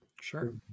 sure